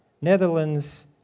Netherlands